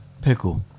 Pickle